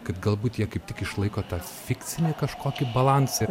kad galbūt jie kaip tik išlaiko tą fikcinį kažkokį balansą